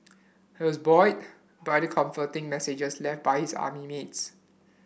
he was buoyed by the comforting messages left by his army mates